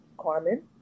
Carmen